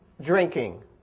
drinking